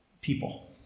people